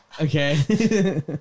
Okay